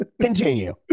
continue